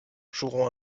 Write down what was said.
joueront